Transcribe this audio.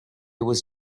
was